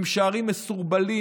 הם שערים מסורבלים,